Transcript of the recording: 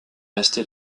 restée